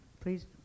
please